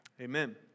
Amen